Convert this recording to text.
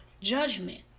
judgment